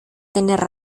tener